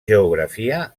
geografia